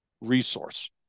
resource